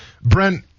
Brent